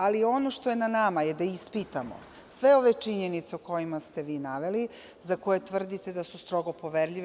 Ali ono što je na nama je da ispitamo sve ove činjenice koje ste vi naveli, za koje tvrdite da su strogo poverljive.